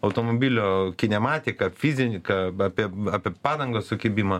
automobilio kinematiką fiziką apie apie padangos sukibimą